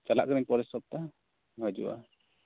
ᱪᱟᱞᱟᱜ ᱠᱟᱹᱱᱟᱹᱧ ᱯᱚᱨᱮᱨ ᱥᱚᱯᱛᱟᱦᱚᱢ ᱦᱤᱡᱩᱜᱼᱟ